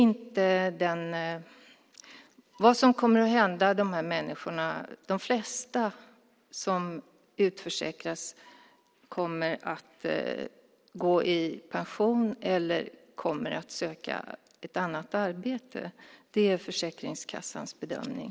De flesta som blir utförsäkrade kommer att gå i pension eller kommer att söka ett annat arbete. Det är Försäkringskassans bedömning.